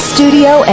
Studio